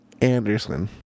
Anderson